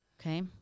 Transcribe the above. Okay